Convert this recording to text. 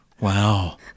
wow